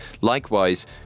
Likewise